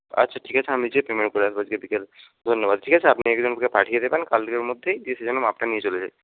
আচ্ছা ঠিক আছে আমি যেয়ে পেমেন্ট করে আসবো আজকে বিকেলে ধন্যবাদ ঠিক আছে আপনি একজনকে পাঠিয়ে দেবেন কালকের মধ্যেই এসে যেন মাপটা নিয়ে চলে যায়